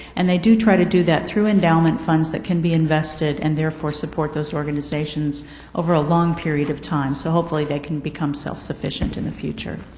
and they do try to do that through endowment fund that can be invested and therefore support those organizations over a long period of time so hopefully they can become self-sufficient in the future.